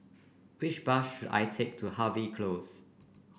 which bus should I take to Harvey Close